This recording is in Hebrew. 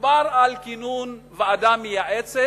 דובר על כינון ועדה מייעצת,